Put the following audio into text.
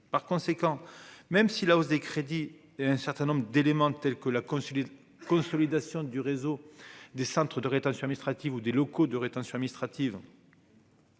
par conséquent, même si la hausse des crédits et un certain nombre d'éléments de tels que la consulter consolidation du réseau des centres de rétention admnistrative ou des locaux de rétention admnistrative.